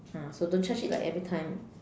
ah so don't charge it like every time